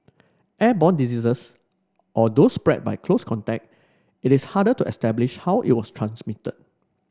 airborne diseases or those spread by close contact it is harder to establish how it was transmitted